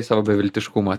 į savo beviltiškumą